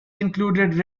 included